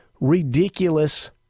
ridiculous